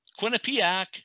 Quinnipiac